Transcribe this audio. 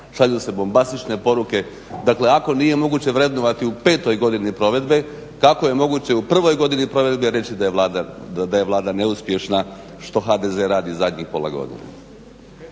šalju se bombastične poruke. Dakle ako nije moguće vrednovati u petoj godini provedbe kako je moguće u prvoj godini provedbe da je Vlada neuspješna što HDZ radi zadnjih pola godina.